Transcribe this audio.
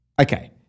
Okay